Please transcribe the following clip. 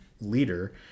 leader